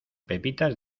pepitas